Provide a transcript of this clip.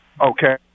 okay